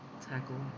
tackle